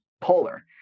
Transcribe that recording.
polar